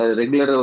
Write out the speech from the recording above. regular